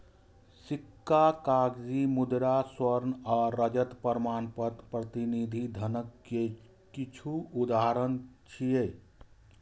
सिक्का, कागजी मुद्रा, स्वर्ण आ रजत प्रमाणपत्र प्रतिनिधि धनक किछु उदाहरण छियै